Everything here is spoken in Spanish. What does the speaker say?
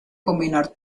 combinar